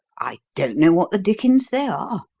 i don't know what the dickens they are.